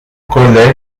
collègue